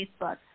Facebook